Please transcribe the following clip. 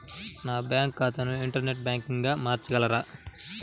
నా బ్యాంక్ ఖాతాని ఇంటర్నెట్ బ్యాంకింగ్గా మార్చగలరా?